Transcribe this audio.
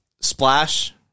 Splash